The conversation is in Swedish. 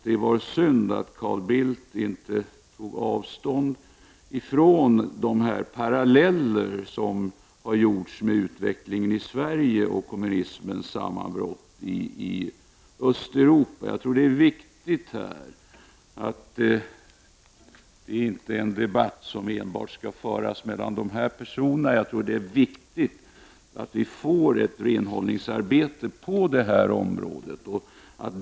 Det var synd att Carl Bildt inte tog avstånd från de paralleller som har gjorts med utvecklingen i Sverige och kommunismens sammanbrott i Östeuropa. Det är viktigt att denna debatt inte bara förs mellan de personer som diskuterade om detta i förmiddags, utan att alla här i riksdagen bidrar till ett renhållningsarbete på det området.